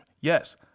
Yes